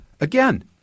Again